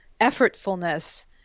effortfulness